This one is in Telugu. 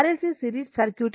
RLC series circuit